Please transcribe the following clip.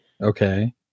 Okay